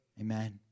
Amen